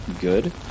good